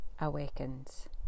awakens